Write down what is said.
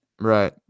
Right